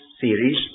series